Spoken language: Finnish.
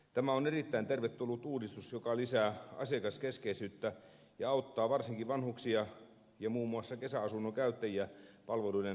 tämä on erittäin tervetullut uudistus joka lisää asiakaskeskeisyyttä ja auttaa varsinkin vanhuksia ja muun muassa kesäasunnon käyttäjiä palveluiden saamisessa